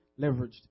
leveraged